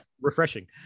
refreshing